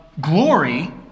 glory